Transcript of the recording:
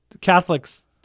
Catholics